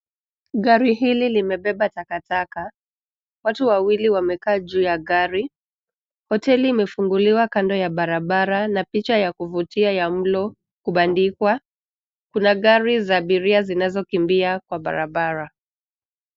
Gari hili limebeba takataka. Watu wawili wamekaa juu ya gari. Hoteli imefunguliwa kando ya barabara na picha ya kuvutia ya mlo kubandikwa. Kuna gari za abiria zinazokimbia kwa barabara.